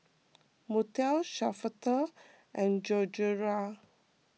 Montel Shafter and Gregoria